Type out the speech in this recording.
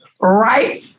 right